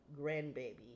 grandbaby